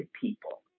people